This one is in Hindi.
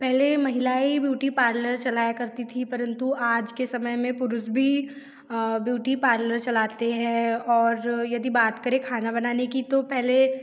पहले महिलाएँ ब्यूटी पार्लर चलाया करती थी परंतु आज के समय में पुरुष भी ब्यूटी पार्लर चलते हैं और यदि बात करें खाना बनाने की तो पहले